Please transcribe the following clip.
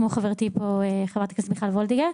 כמו חברתי חברת הכנסת מיכל וולדיגר.